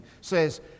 says